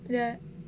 the